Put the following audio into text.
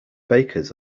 bakers